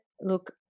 look